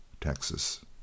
Texas